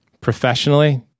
professionally